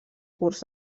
curts